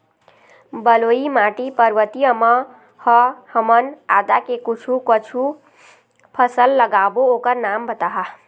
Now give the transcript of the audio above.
बलुई माटी पर्वतीय म ह हमन आदा के कुछू कछु फसल लगाबो ओकर नाम बताहा?